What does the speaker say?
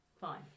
Fine